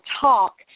talk